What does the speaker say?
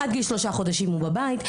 עד גיל שלושה חודשים הוא בבית,